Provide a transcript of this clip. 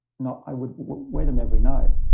no. i would wear them every night.